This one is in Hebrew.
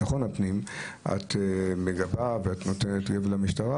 את מגבה ואת נותנת גב למשטרה,